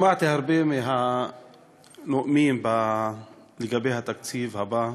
שמעתי הרבה מהנאומים לגבי התקציב הבא,